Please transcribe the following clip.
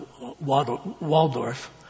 Waldorf